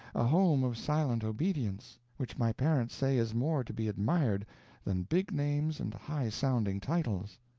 a home of silent obedience, which my parents say is more to be admired than big names and high-sounding titles.